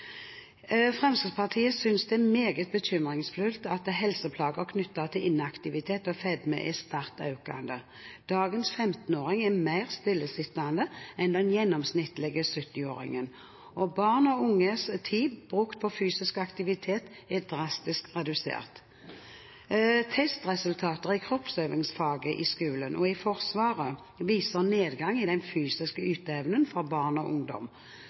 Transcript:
Fremskrittspartiet synes det er meget bekymringsfullt at helseplager knyttet til inaktivitet og fedme er sterkt økende. Dagens 15-åringer er mer stillesittende enn den gjennomsnittlige 70-åringen, og barn og unges tid brukt på fysisk aktivitet er drastisk redusert. Testresultater i kroppsøvingsfaget i skolen og i Forsvaret viser nedgang i den fysiske yteevnen for barn og ungdom.